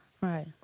right